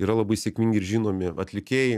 yra labai sėkmingi ir žinomi atlikėjai